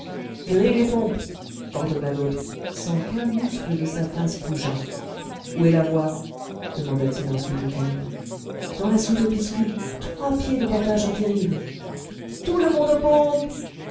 gréez les pompes ordonna l'autre sans qu'un muscle de sa face bougeât où est la voie demanda-t-il ensuite au calier dans la soute aux biscuits trois pieds de bordage en dérive tout le monde aux pompes